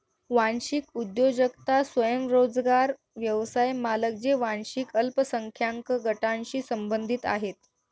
वांशिक उद्योजकता स्वयंरोजगार व्यवसाय मालक जे वांशिक अल्पसंख्याक गटांशी संबंधित आहेत